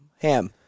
Ham